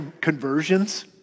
conversions